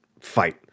fight